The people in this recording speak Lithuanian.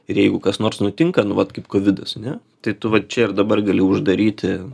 ir jeigu kas nors nutinka nu vat kaip kovidas ane tai tu va čia ir dabar gali uždaryti